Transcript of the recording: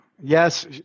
Yes